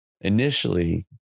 initially